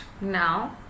now